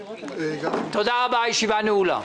תודה רבה, הישיבה נעולה.